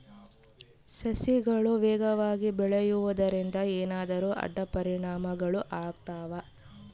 ಸಸಿಗಳು ವೇಗವಾಗಿ ಬೆಳೆಯುವದರಿಂದ ಏನಾದರೂ ಅಡ್ಡ ಪರಿಣಾಮಗಳು ಆಗ್ತವಾ?